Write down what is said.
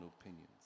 opinions